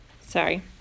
Sorry